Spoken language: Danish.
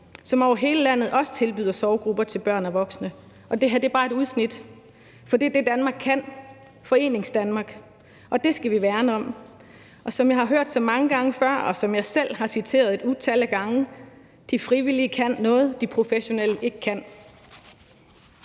som over hele landet også tilbyder sorggrupper til børn og voksne. Og det her er bare et udsnit. For det er det, Danmark kan, Foreningsdanmark, og det skal vi værne om. Og som jeg har hørt så mange gange før, og som jeg selv har citeret et utal af gange: De frivillige kan noget, som de professionelle ikke kan.